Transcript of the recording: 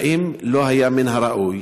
האם לא היה מן הראוי